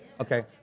Okay